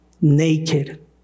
naked